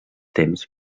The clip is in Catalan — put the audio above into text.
temps